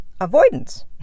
avoidance